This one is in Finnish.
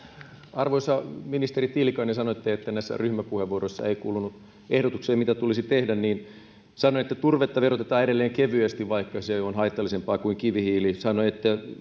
arvoisa ministeri tiilikainen kun sanoitte että näissä ryhmäpuheenvuoroissa ei kuulunut ehdotuksia mitä tulisi tehdä niin sanoin että turvetta verotetaan edelleen kevyesti vaikka se on haitallisempaa kuin kivihiili sanoin että